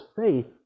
faith